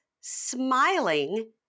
smiling